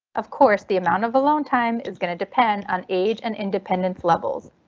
of course, the amount of alone time is going to depend on age and independence levels.